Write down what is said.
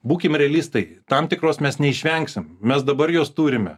būkim realistai tam tikros mes neišvengsim mes dabar juos turim